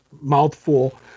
mouthful